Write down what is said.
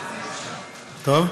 טוב.